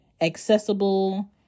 accessible